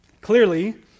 Clearly